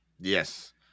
Yes